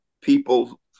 people